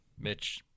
Mitch